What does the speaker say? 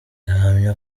ahamya